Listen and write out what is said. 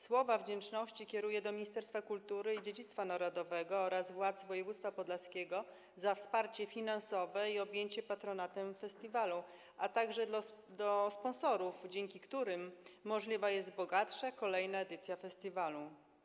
Słowa wdzięczności kieruję do Ministerstwa Kultury i Dziedzictwa Narodowego oraz władz województwa podlaskiego za wsparcie finansowe i objęcie festiwalu patronatem, a także do sponsorów, dzięki którym możliwa jest kolejna, bogatsza edycja festiwalu.